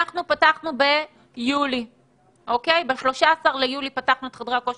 פתחנו ב-13 ביולי את חדרי הכושר,